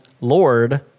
Lord